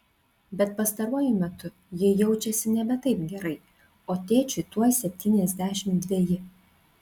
bet pastaruoju metu ji jaučiasi nebe taip gerai o tėčiui tuoj septyniasdešimt dveji